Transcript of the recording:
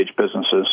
businesses